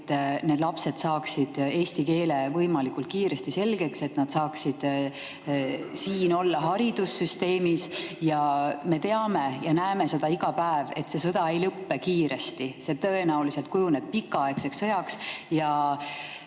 et need lapsed saaksid eesti keele võimalikult kiiresti selgeks, et nad saaksid meie haridussüsteemis olla. Me teame ja näeme seda iga päev, et see sõda ei lõppe kiiresti. See tõenäoliselt kujuneb pikaaegseks sõjaks ja